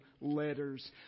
letters